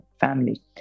family